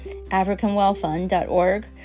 AfricanWellFund.org